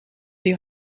die